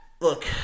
look –